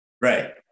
right